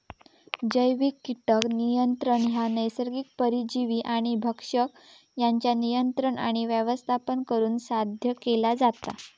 जैविक कीटक नियंत्रण ह्या नैसर्गिक परजीवी आणि भक्षक यांच्या नियंत्रण आणि व्यवस्थापन करुन साध्य केला जाता